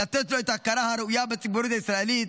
ולתת לו את ההכרה הראויה בציבוריות הישראלית,